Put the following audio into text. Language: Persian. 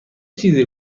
چیزی